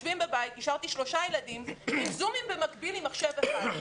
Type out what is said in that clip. השארתי שלושה ילדים בבית עם זומים במקביל עם מחשב אחד.